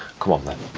come on then.